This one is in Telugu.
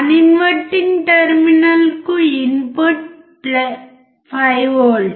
నాన్ ఇన్వర్టింగ్ టెర్మినల్కు ఇన్పుట్ 5 V